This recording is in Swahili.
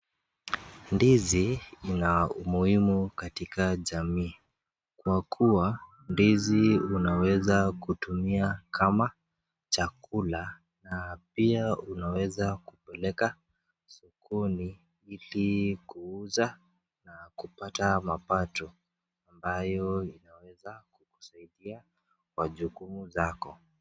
Ndizi ina umuhimu katika jamii kwa kuwa ndizi unaweza kutumia kama chakula na pia unaweza kupeleka sokoni ili kuuza na kupata mapato ambayo inaweza kukusaidia kwa majukumu yako.